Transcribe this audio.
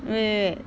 eh